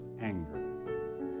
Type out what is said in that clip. anger